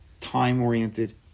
time-oriented